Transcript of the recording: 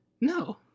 No